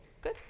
good